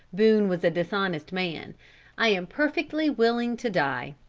boone was a dishonest man i am perfectly willing to die.